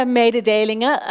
mededelingen